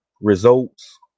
results